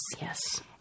Yes